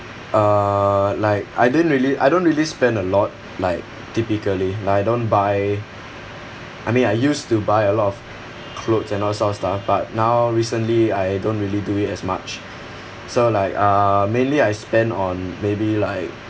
uh like I didn't really I don't really spend a lot like typically like I don't buy I mean I used to buy a lot of clothes and all that sort of stuff but now recently I don't really do it as much so like uh mainly I spend on maybe like